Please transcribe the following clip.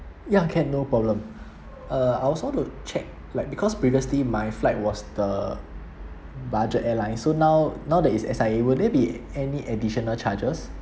ya can no problem uh I also want to check like because previously my flight was the budget airline so now now that it's S_I_A will there be any additional charges